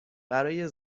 برای